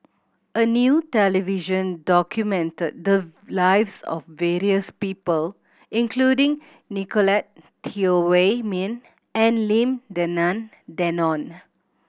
a new television documented the lives of various people including Nicolette Teo Wei Min and Lim Denan Denon